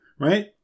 right